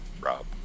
Rob